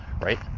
right